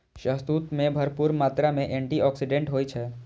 शहतूत मे भरपूर मात्रा मे एंटी आक्सीडेंट होइ छै